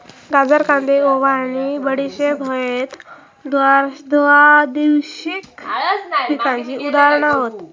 गाजर, कांदे, ओवा आणि बडीशेप हयते द्विवार्षिक पिकांची उदाहरणा हत